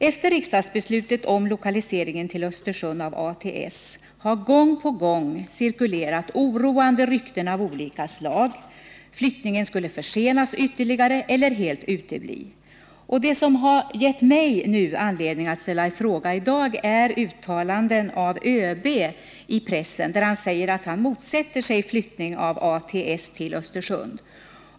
Efter riksdagsbeslutet om lokaliseringen till Östersund av ATS har det gång på gång cirkulerat oroande rykten av olika slag: flyttningen skulle försenas ytterligare eller helt utebli. Det som har gett mig anledning att ställa en fråga i dag är uttalanden av ÖBi pressen, där han säger att han motsätter sig flyttning av ATS till Östersund.